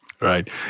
Right